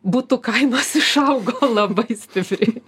butų kainos išaugo labai stipriai